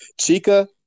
Chica